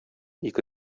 ике